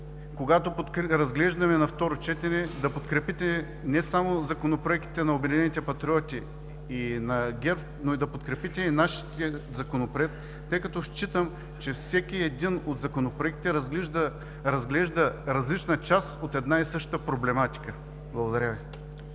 когато ги разглеждаме на второ четене да подкрепите не само законопроектите на „Обединените патриоти“ и на ГЕРБ, но да подкрепите и нашия Законопроект, тъй като считам, че всеки един от законопроектите разглежда различна част от една и съща проблематика. Благодаря Ви.